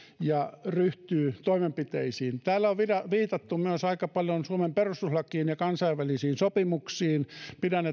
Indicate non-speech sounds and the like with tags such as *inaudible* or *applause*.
ja ryhtyy toimenpiteisiin täällä on viitattu myös aika paljon suomen perustuslakiin ja kansainvälisiin sopimuksiin pidän *unintelligible*